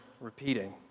repeating